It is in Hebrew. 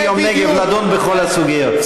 יום הנגב, לדון בכל הסוגיות.